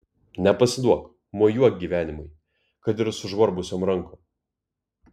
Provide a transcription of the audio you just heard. nepasiduok mojuok gyvenimui kad ir sužvarbusiom rankom